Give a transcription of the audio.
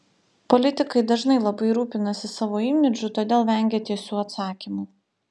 politikai dažnai labai rūpinasi savo imidžu todėl vengia tiesių atsakymų